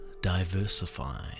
diversify